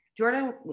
Jordan